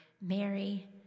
Mary